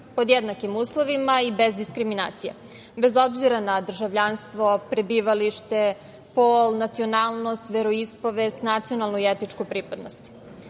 pod jednakim uslovima i bez diskriminacija, bez obzira na državljanstvo, prebivalište, pol, nacionalnost, veroispovest, nacionalnu i etičku pripadnost.U